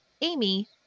Amy